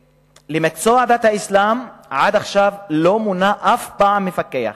למקצוע דת האסלאם עד עכשיו לא מונה אף פעם מפקח